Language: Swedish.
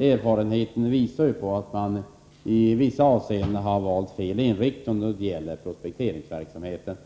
Erfarenheten ger ju vid handen att man i vissa avseenden har valt fel inriktning då det gäller prospekteringsverksamheten.